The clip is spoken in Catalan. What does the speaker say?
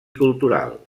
cultural